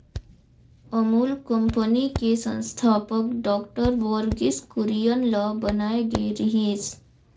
Amul company के संस्थापक doctor Verghese Kurien ल बनाए गे रिहिस